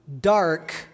dark